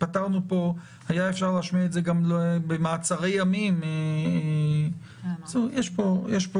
וגם בדיונים המהותיים עדיין יש לך